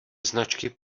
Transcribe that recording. značky